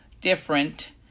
different